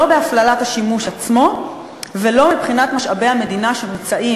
בהפללת השימוש עצמו ומבחינת משאבי המדינה שמוּצאים,